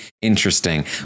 interesting